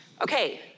Okay